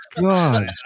god